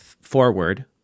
forward